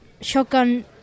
shotgun